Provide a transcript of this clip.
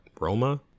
Roma